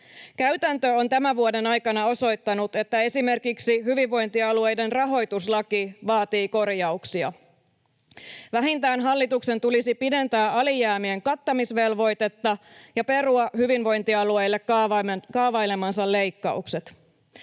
Käytäntö on tämän vuoden aikana osoittanut, että esimerkiksi hyvinvointialueiden rahoituslaki vaatii korjauksia. Vähintään hallituksen tulisi pidentää alijäämien kattamisvelvoitetta ja perua hyvinvointialueille kaavailemansa leikkaukset.